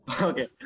Okay